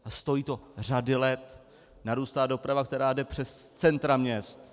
A stojí to řadu let, narůstá doprava, která jde přes centra měst.